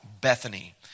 Bethany